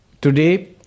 today